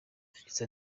yagize